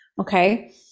okay